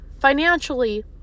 financially